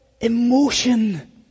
emotion